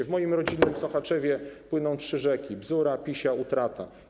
W moim rodzinnym Sochaczewie płyną trzy rzeki: Bzura, Pisia i Utrata.